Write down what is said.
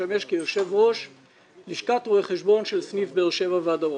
משמש כיושב ראש לשכת רואי חשבון שלל סניף באר שבע והדרום.